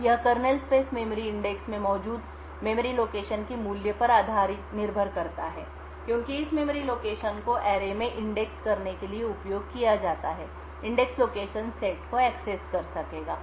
अब यह kernel space memory index में मौजूद मेमोरी लोकेशन के मूल्य पर निर्भर करता है क्योंकि इस मेमोरी लोकेशन को एरे में इंडेक्स करने के लिए उपयोग किया जाता है इंडेक्स लोकेशन सेट को एक्सेस कर सकेगा